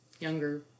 younger